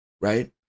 right